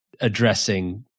addressing